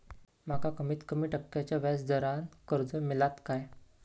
माका कमीत कमी टक्क्याच्या व्याज दरान कर्ज मेलात काय?